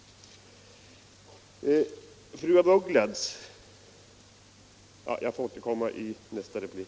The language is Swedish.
Jag skall bemöta fru af Ugglas i nästa replik.